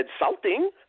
insulting